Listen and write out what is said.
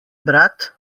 brat